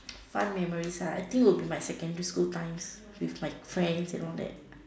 memories I think would be my secondary school times with like friends and all that